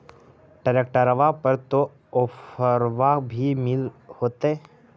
ट्रैक्टरबा पर तो ओफ्फरबा भी मिल होतै?